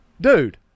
Dude